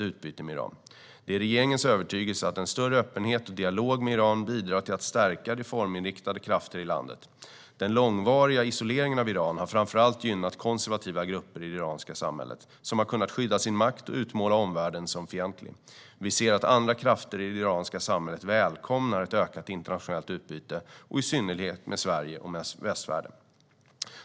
Det är regeringens övertygelse att en större öppenhet och dialog med Iran bidrar till att stärka reforminriktade krafter i landet. Den långvariga isoleringen av Iran har framför allt gynnat konservativa grupper i det iranska samhället, som har kunnat skydda sin makt och utmåla omvärlden som fientlig. Vi ser att andra krafter i det iranska samhället välkomnar ett ökat internationellt utbyte, och i synnerhet med Sverige och västvärlden.